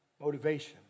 motivation